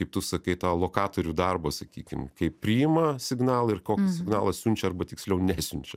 kaip tu sakai tą lokatorių darbą sakykim kaip priima signalą ir kokį signalą siunčia arba tiksliau nesiunčia